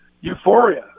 euphoria